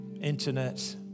internet